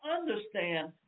understand